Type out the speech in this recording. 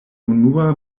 unua